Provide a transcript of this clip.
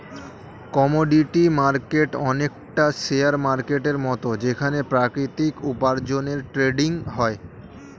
commodity market অনেকটা share মার্কেটের মত যেখানে প্রাকৃতিক উপার্জনের ট্রেডিং হয়